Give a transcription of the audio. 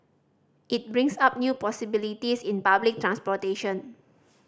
it brings up new possibilities in public transportation